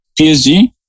PSG